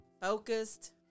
Focused